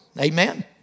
Amen